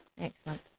Excellent